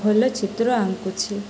ଭଲ ଚିତ୍ର ଆଙ୍କୁୁଛି